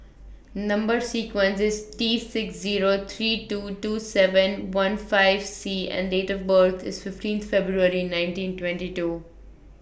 Number sequence IS T six Zero three two two seven one five C and Date of birth IS fifteenth February nineteen twenty two